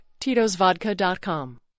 titosvodka.com